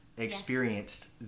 experienced